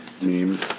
memes